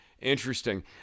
interesting